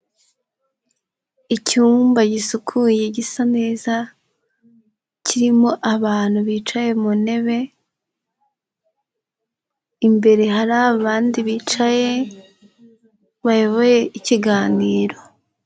Icyumba gisukuye gisa neza, kirimo abantu bicaye mu ntebe, imbere hari abandi bicaye, bayoboye ikiganiro.